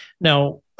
Now